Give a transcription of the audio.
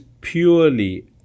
purely